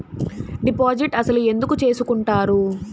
Deposit అసలు ఎందుకు చేసుకుంటారు?